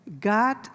God